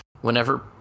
Whenever